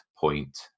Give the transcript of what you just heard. point